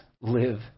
live